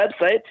website